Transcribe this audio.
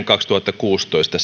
kaksituhattakuusitoista